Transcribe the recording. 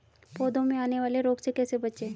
पौधों में आने वाले रोग से कैसे बचें?